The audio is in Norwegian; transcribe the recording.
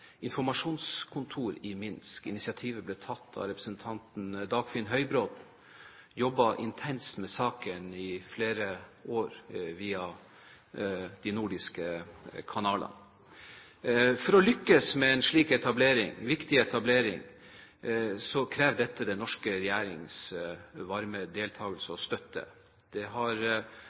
informasjonskontor i Minsk. Initiativet ble tatt av representanten Dagfinn Høybråten, som jobbet med intenst med saken i flere år via de nordiske kanalene. Å lykkes med en slik viktig etablering krever den norske regjerings varme deltakelse og støtte. Det har